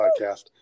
podcast